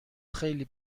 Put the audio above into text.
خیلی